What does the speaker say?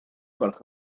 gwelwch